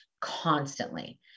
constantly